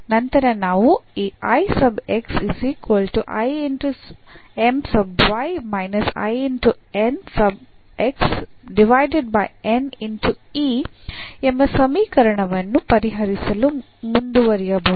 ನಂತರ ನಾವು ಈ e ಎಂಬ ಸಮೀಕರಣವನ್ನು ಪರಿಹರಿಸಲು ಮುಂದುವರಿಯಬಹುದು